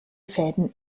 fäden